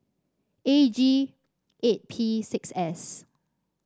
A G eight P six S